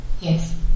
yes